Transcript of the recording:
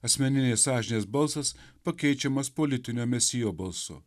asmeninės sąžinės balsas pakeičiamas politinio mesijo balsu